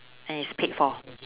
and it's paid for